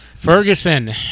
Ferguson